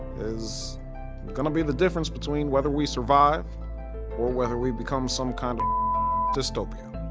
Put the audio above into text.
is going to be the difference between whether we survive or whether we become some kind of dystopia.